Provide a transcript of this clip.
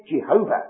Jehovah